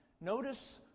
Notice